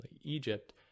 Egypt